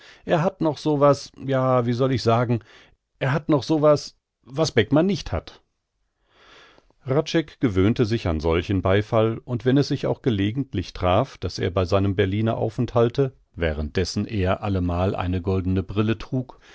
er hat noch so was ja wie soll ich sagen er hat noch so was was beckmann nicht hat hradscheck gewöhnte sich an solchen beifall und wenn es sich auch gelegentlich traf daß er bei seinem berliner aufenthalte während dessen er allemal eine goldene brille trug